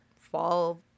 fall